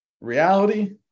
reality